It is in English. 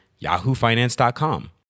yahoofinance.com